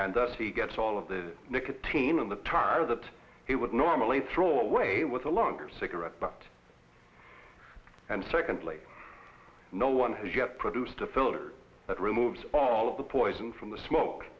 and thus he gets all of the nicotine in the tar that he would normally throw away with a longer cigarette butt and secondly no one has yet produced a filter that removes all of the poison from the smoke